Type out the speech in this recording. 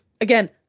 again